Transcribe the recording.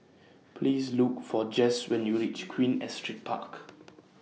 Please Look For Jess when YOU REACH Queen Astrid Park